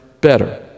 better